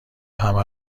همه